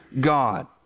God